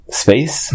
space